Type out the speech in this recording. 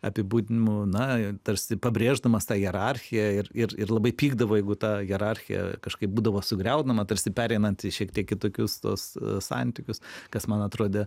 apibūdinimu na tarsi pabrėždamas tą hierarchiją ir ir ir labai pykdavo jeigu ta hierarchija kažkaip būdavo sugriaunama tarsi pereinant į šiek tiek kitokius tuos santykius kas man atrodė